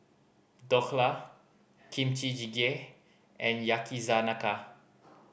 Dhokla Kimchi Jjigae and Yakizakana